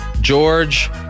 George